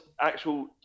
actual